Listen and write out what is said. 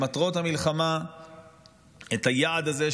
למטרות המלחמה את היעד הזה,